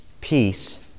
peace